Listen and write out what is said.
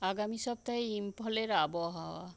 আগামী সপ্তাহে ইম্ফলের আবহাওয়া